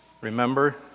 remember